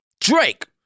Drake